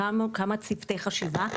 הקמנו כמה צוותי חשיבה.